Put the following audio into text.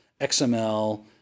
XML